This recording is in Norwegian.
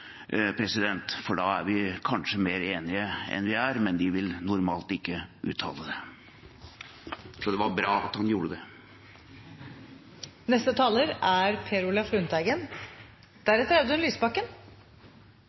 for da er vi kanskje mer enige enn vi tror. De vil normalt ikke uttale det, så det var bra at han gjorde det.